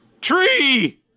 Tree